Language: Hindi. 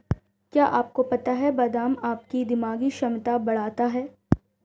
क्या आपको पता है बादाम आपकी दिमागी क्षमता बढ़ाता है?